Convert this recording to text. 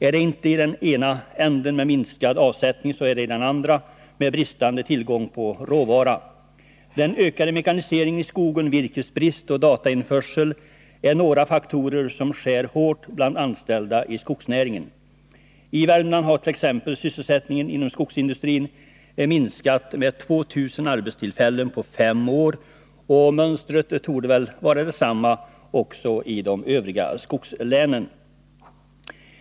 Är det inte i den ena änden, med minskad avsättning, så är det i den andra, med bristande tillgång på råvara. Den ökade mekaniseringen i skogen, virkesbrist och införande av data är några faktorer som skär hårt bland anställda i skogsnäringen. I Värmland har t.ex. sysselsättningen inom skogsindustrin minskat med 2 000 arbetstillfällen på fem år, och mönstret torde väl vara detsamma i de övriga skogslänen.